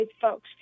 folks